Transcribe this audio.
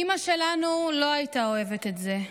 "אימא שלנו לא הייתה אוהבת את זה.